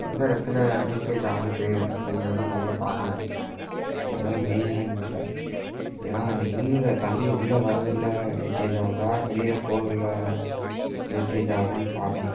எந்த இடத்துல லீக்கேஜ் ஆகுது அப்படிங்கிறத முதல்ல பார்க்கணும் அதான் மெயினே முதல்ல ஏன்னா இன்னுல தண்ணி உள்ள வர்றதுல லீக்கேஜ் ஆவுதா வெளியில் போகறதுல லீக்கேஜ் ஆவுதான்னு பார்க்கணும்